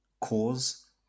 cause